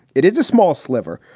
it is a small sliver,